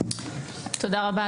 תודה רבה,